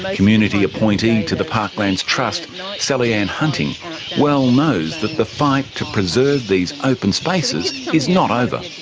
like community appointee to the parklands trust sally ann hunting well knows that the fight to preserve these open spaces is not over.